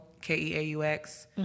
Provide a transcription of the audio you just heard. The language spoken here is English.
K-E-A-U-X